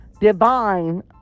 divine